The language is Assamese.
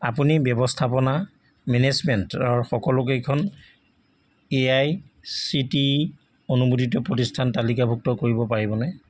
আপুনি ব্যৱস্থাপনা মেনেজমেণ্টৰ সকলোকেইখন A I C T E অনুমোদিত প্ৰতিষ্ঠান তালিকাভুক্ত কৰিব পাৰিবনে